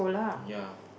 ya